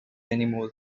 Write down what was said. anymore